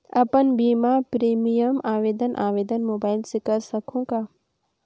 अपन बीमा प्रीमियम आवेदन आवेदन मोबाइल से कर सकहुं का?